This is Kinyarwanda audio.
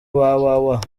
www